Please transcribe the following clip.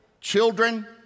children